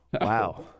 Wow